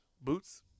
Boots